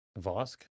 Vosk